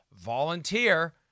volunteer